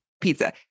pizza